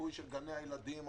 ניקוי של גני הילדים,